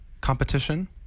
competition